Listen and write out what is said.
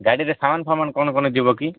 ଗାଡ଼ିରେ ସାମାନ ଫାମାନ କ'ଣ କ'ଣ ଯିବ କି